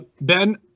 Ben